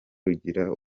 rugira